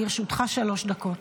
לרשותך שלוש דקות.